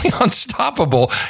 unstoppable